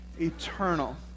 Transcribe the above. Eternal